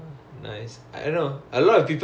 ya but அதுக்கும் நான்:athukkum naan